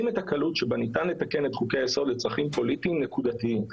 את הקלות שבה ניתן לתקן את חוקי היסוד לצרכים פוליטיים נקודתיים.